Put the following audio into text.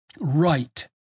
right